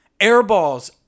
airballs